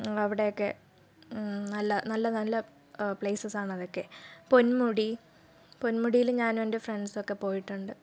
അവിടെയൊക്കെ നല്ല നല്ല നല്ല പ്ലേസസ് ആണ് അതൊക്കെ പൊന്മുടി പൊന്മുടിയിൽ ഞാനും എൻ്റെ ഫ്രണ്ട്സ് ഒക്കെ പോയിട്ടുണ്ട്